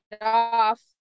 off